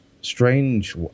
strange